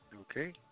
Okay